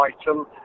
item